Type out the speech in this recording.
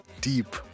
deep